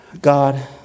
God